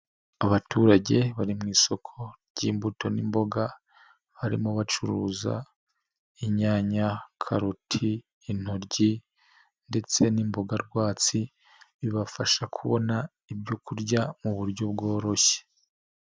Abaturage bari mu isoko ry'imbuto n'imboga, harimo bacuruza inyanya, karuti, intoryi ndetse n'imboga rwatsi, bibafasha kubona ibyo kurya muburyo bworoshye.